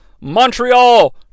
Montreal